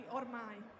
ormai